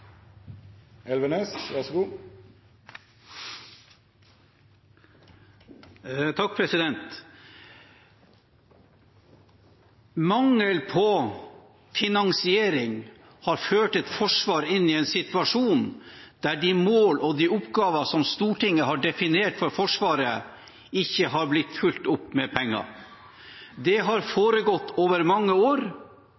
Mangel på finansiering har ført et forsvar inn i en situasjon der de mål og de oppgaver som Stortinget har definert for Forsvaret, ikke har blitt fulgt opp med penger. Det har